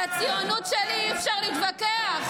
על הציונות שלי אי-אפשר להתווכח.